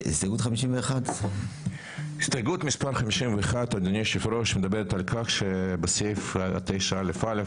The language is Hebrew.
הסתייגות מספר 55. הסתייגות מספר 55. במקום "לקבוע" יבוא "להמליץ על",